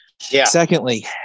Secondly